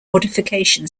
modification